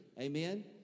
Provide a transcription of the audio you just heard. Amen